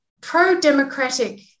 pro-democratic